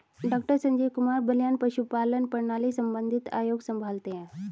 doctor Sanjeev Kumar Baliyan पशुपालन प्रणाली संबंधित आयोग संभालते हैं